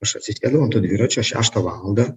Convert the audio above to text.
aš atsisėdau dviračio šeštą valandą